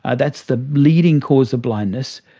ah that's the leading cause of blindness,